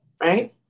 right